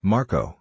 Marco